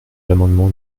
l’amendement